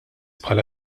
bħala